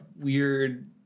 weird